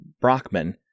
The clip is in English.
Brockman